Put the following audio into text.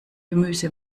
gemüse